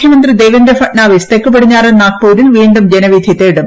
മുഖ്യമന്ത്രി ദേവേന്ദ്ര ഫഡ്നാവിസ്തെക്കു പടിഞ്ഞാറൻ നാഗ്പൂരിൽവീണ്ടും ജനവിധി തേടും